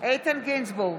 איתן גינזבורג,